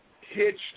hitched